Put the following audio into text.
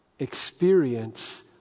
experience